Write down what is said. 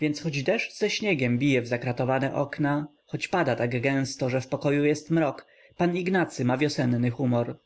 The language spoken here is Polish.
więc choć deszcz ze śniegiem bije w zakratowane okna choć pada tak gęsto że w pokoju jest mrok pan ignacy ma wiosenny humor